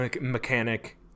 mechanic